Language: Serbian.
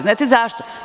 Znate zašto?